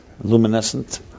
Luminescent